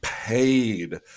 paid